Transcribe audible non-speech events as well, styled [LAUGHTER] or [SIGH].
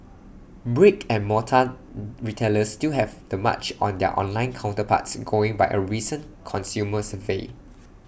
brick and mortar [HESITATION] retailers still have the March on their online counterparts going by A recent consumer survey